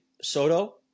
Soto